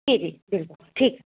جی جی بالکل ٹھیک